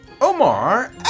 Omar